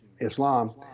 Islam